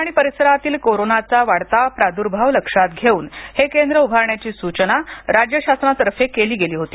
पुणे आणि परिसरातील कोरोनाचा वाढता प्रादृभाव लक्षात घेऊन हे केंद्र उभारण्याची सूचना राज्य शासनातर्फे केली गेली होती